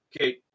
Okay